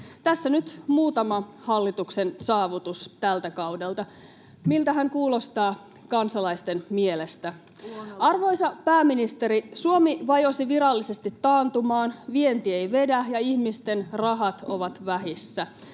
Tässä nyt muutama hallituksen saavutus tältä kaudelta. Miltähän kuulostaa kansalaisten mielestä? Arvoisa pääministeri, Suomi vajosi virallisesti taantumaan. Vienti ei vedä, ja ihmisten rahat ovat vähissä.